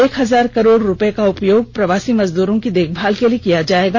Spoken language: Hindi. एक हजार करोड़ रुपये का उपयोग प्रवासी मजदूरों की देखभाल के लिए किया जाएगा